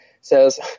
says